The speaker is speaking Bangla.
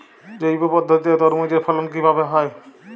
জৈব পদ্ধতিতে তরমুজের ফলন কিভাবে হয়?